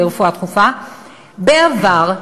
לרפואה דחופה, בעבר,